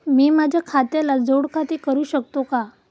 मी माझ्या खात्याला जोड खाते करू शकतो का?